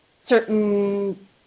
certain